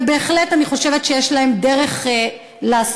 ובהחלט אני חושבת שיש להם דרך לעשות,